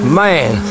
man